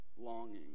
longing